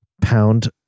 pound